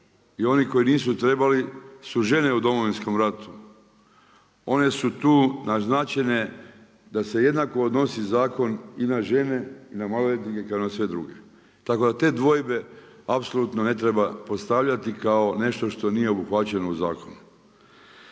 I oni koji nisu trebali su žene u Domovinskom ratu, one su tu naznačene da se jednako odnosi na i na žene i na maloljetnike kao i na sve druge. Tako da te dvojbe apsolutno ne treba postavljati kao nešto što nije obuhvaćeno u zakonu.